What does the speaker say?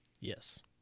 Yes